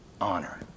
Honor